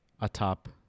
atop